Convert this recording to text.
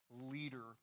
leader